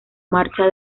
marcha